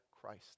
Christ